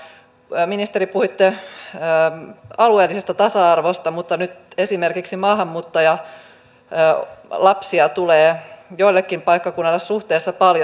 ministeri puhuitte alueellisesta tasa arvosta mutta nyt esimerkiksi maahanmuuttajalapsia tulee joillekin paikkakunnille suhteessa paljon